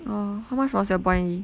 orh how much was your buy in